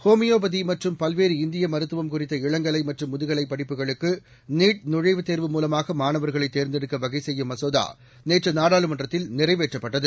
homeopathy மற்றும் பல்வேறு இந்திய மருத்துவம் குறித்த இளங்கலை மற்றும் முதுகலை படிப்புகளுக்கு நீட் நுழைவுத் தேர்வு மூலமாக மாணவர்களை தேர்ந்தெடுக்க வகை செய்யும் மசோதா நேற்று நாடாளுமன்றத்தில் நிறைவேற்றப்பட்டது